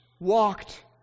walked